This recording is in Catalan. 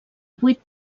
vuit